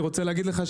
אני רוצה להגיד לך,